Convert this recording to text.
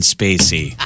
Spacey